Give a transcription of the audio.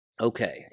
Okay